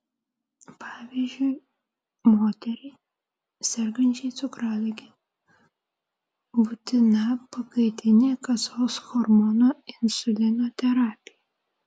pavyzdžiui moteriai sergančiai cukralige būtina pakaitinė kasos hormono insulino terapija